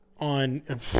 on